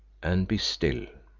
and be still.